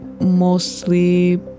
mostly